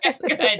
Good